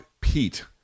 Pete